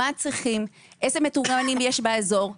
מה הם צריכים ואילו מתורגמנים יש באזור.